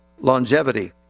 longevity